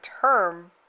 term